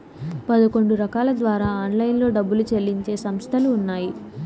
పదకొండు రకాల ద్వారా ఆన్లైన్లో డబ్బులు చెల్లించే సంస్థలు ఉన్నాయి